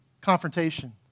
confrontation